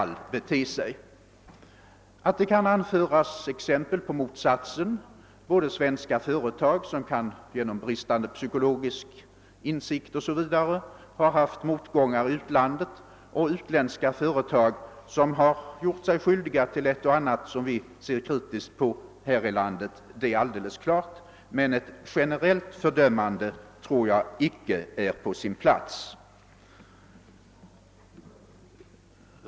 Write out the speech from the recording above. Det är klart att det kan anföras exempel på motsatsen — det finns både svenska företag som genom bristande psykologisk insikt har motgångar i utlandet och utländska företag som har gjort sig skyldiga till ett och annat som vi ser kritiskt på här i landet. Men ett generellt fördömande tror jag icke är på sin plats.